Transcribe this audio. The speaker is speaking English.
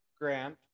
Grant